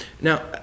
Now